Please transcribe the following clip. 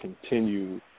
continue